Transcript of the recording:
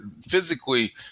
physically